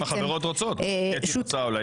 חלק מהחברות רוצות, קטי רוצה אולי.